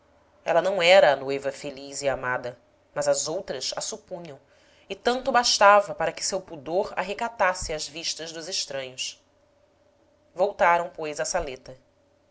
ela não era a noiva feliz e amada mas as outras a supunham e tanto bastava para que seu pudor a recatasse às vistas dos estranhos voltaram pois à saleta